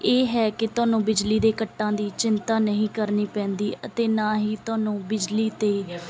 ਇਹ ਹੈ ਕਿ ਤੁਹਾਨੂੰ ਬਿਜਲੀ ਦੇ ਕੱਟਾਂ ਦੀ ਚਿੰਤਾ ਨਹੀਂ ਕਰਨੀ ਪੈਂਦੀ ਅਤੇ ਨਾ ਹੀ ਤੁਹਾਨੂੰ ਬਿਜਲੀ 'ਤੇ